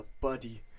buddy